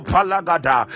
Palagada